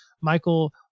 Michael